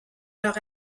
leur